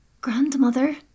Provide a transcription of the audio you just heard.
Grandmother